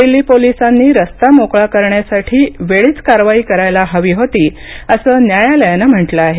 दिल्ली पोलिसांनी रस्ता मोकळा करण्यासाठी वेळीच कारवाई करायला हवी होती असं न्यायालयानं म्हटलं आहे